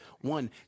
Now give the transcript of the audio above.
One